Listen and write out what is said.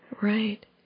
Right